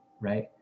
right